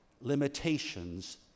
limitations